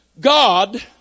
God